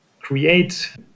create